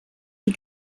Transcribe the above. sie